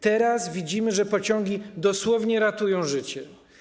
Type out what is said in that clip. Teraz widzimy, że pociągi dosłownie ratują życie.